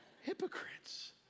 hypocrites